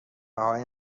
های